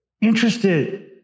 interested